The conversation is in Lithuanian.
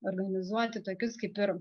organizuoti tokius kaip ir